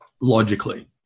logically